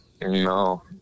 No